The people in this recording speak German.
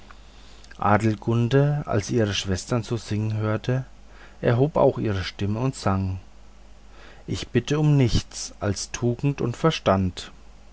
adelgunde als sie ihre schwestern so singen hörte erhob auch ihre stimme und sang ich bitte um nichts als um tugend und verstand